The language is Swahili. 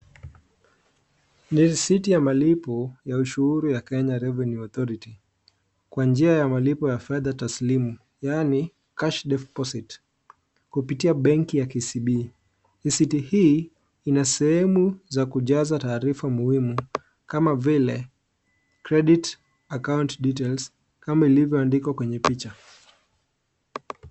Ni risiti ya malipo ya ushuru ya kenya revenue authority. Kwa njia ya malipo ya pesa taslimu yaani (cs)cash deposit(cs).Kupitia benki ya KCB.Risiti hii ina sehemu za kujaza taarifa muhimu kama vile (cs)credit account details(cs) kama vile ilivyoandikwa kwenye picha.